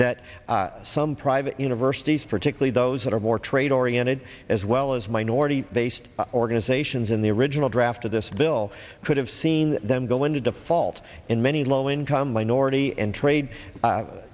that some private universities particularly those that are more trade oriented as well as minority based organizations in the original draft of this bill could have seen them go into default in many low income minority and trade